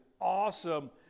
awesome